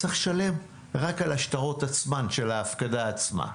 צריך לשלם רק על השטרות עצמם של ההפקדה עצמה.